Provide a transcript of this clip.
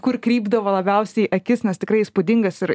kur krypdavo labiausiai akis nes tikrai įspūdingas ir